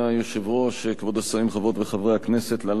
חוק ומשפט נתקבלה.